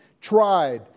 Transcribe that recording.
tried